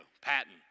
Patton